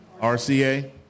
RCA